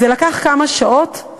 זה לקח כמה שעות.